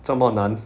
这么难